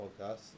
podcasts